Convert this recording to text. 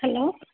hello